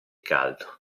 caldo